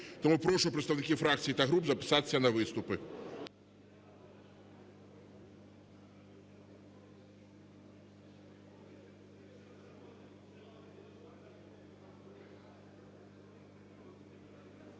Тому прошу представників фракцій та груп записатися на виступи.